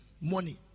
Money